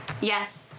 Yes